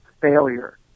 failure